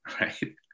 right